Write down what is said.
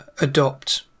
adopt